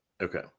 Okay